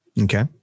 Okay